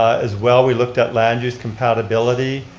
ah as well, we looked at land use compatibility.